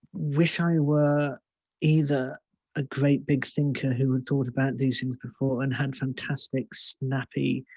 wish i were either a great big thinker who had thought about these things before and had fantastic snappy,